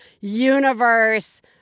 universe